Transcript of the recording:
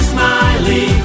Smiley